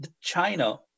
China